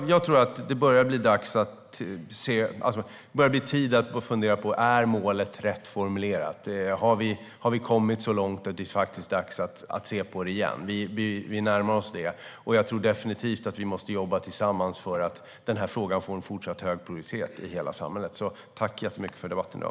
Det börjar bli tid att fundera över om målet är rätt formulerat. Har vi kommit så långt att det faktiskt är dags att se på det igen? Vi närmar oss det. Jag tror definitivt att vi måste jobba tillsammans för att den här frågan ska få en fortsatt hög prioritet i hela samhället. Tack så mycket för debatten i dag!